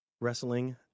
wrestling